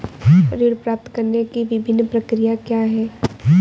ऋण प्राप्त करने की विभिन्न प्रक्रिया क्या हैं?